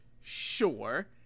Sure